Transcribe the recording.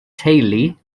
teulu